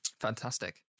fantastic